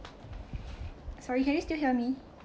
sorry can you still hear me